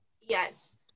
Yes